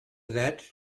that